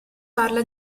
parla